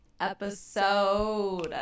episode